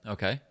Okay